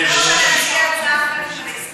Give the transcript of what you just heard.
אני רוצה להציע הצעה אחרת מלהסתפק,